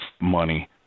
money